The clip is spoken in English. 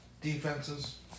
Defenses